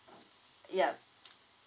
yup